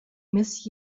miss